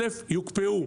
אל"ף, יוקפאו.